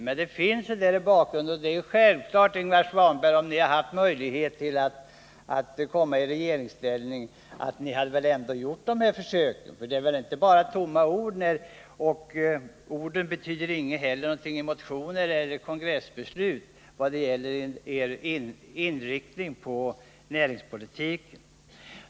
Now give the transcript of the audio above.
Men det finns en del ståndpunktstaganden att peka på, och det är väl ändå självklart, Ingvar Svanberg, att ni om ni haft möjlighet att komma i regeringsställning hade försökt genomföra era förslag. Det är väl inte bara tomma ord i era motioner och kongressbeslut om inriktningen av näringspolitiken?